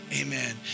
Amen